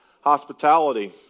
Hospitality